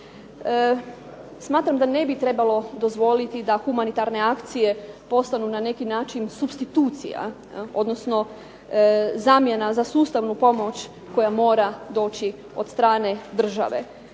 smatram da ne bi trebalo dozvoliti da humanitarne akcije postanu na neki način supstitucija odnosno zamjena za sustavnu pomoć koja mora doći od strane države.